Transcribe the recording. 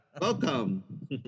Welcome